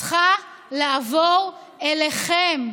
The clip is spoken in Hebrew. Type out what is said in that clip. צריכה לעבור אליכם.